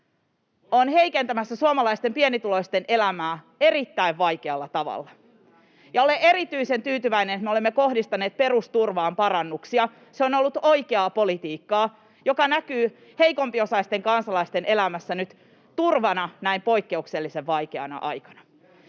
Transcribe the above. on heikentämässä suomalaisten pienituloisten elämää erittäin vaikealla tavalla. Olen erityisen tyytyväinen, että me olemme kohdistaneet perusturvaan parannuksia. Se on ollut oikeaa politiikkaa, joka näkyy heikompiosaisten kansalaisten elämässä nyt turvana näin poikkeuksellisen vaikeana aikana.